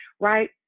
right